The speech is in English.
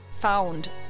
found